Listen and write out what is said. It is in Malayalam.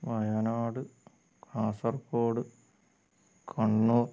വയനാട് കാസർഗോഡ് കണ്ണൂർ